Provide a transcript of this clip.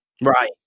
Right